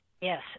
Yes